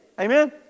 Amen